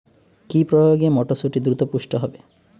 কি প্রয়োগে মটরসুটি দ্রুত পুষ্ট হবে?